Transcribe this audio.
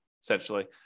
essentially